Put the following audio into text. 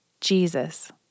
Jesus